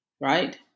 right